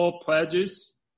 pledges